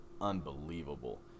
unbelievable